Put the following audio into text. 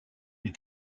est